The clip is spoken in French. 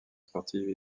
sportive